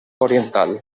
oriental